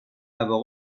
avoir